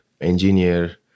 engineer